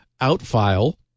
out-file